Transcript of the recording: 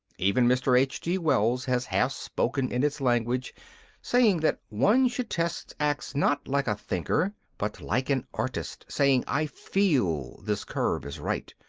even mr. h g wells has half spoken in its language saying that one should test acts not like a thinker, but like an artist, saying, i feel this curve is right,